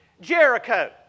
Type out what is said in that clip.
Jericho